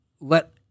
let